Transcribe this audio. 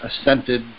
assented